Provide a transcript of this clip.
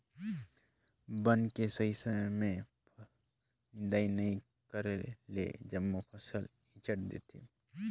बन के सही समय में निदंई नई करेले जम्मो फसल ईचंट देथे